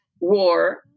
war